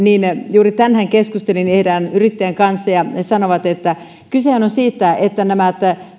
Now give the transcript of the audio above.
juuri tänään keskustelin erään yrittäjän kanssa ja hän sanoi että kysehän on siitä että voi olla että nämä